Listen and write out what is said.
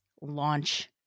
Launch